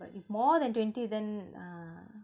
but if more than twenty then ah